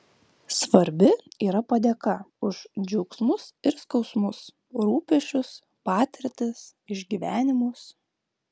svarbi yra padėka už džiaugsmus ir skausmus rūpesčius patirtis išgyvenimus